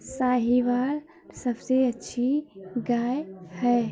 साहीवाल सबसे अच्छी गाय है